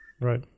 Right